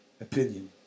opinion